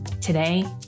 today